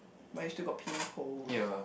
but you still got pimples